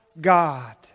God